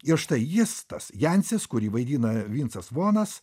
ir štai jis tas jansis kurį vaidina vincas vonas